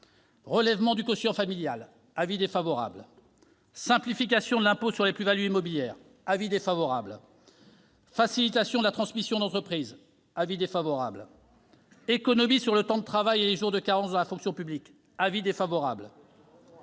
relèvement du quotient familial : avis défavorable ; simplification de l'impôt sur les plus-values immobilières : avis défavorable ; facilitation de la transmission d'entreprises : avis défavorable ; économies sur le temps de travail et les jours de carence dans la fonction publique : avis défavorable